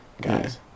guys